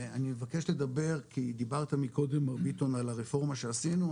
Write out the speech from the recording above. אני מבקש לדבר כי דיברת מקודם מר ביטון על הרפורמה שעשינו,